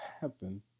happen